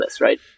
right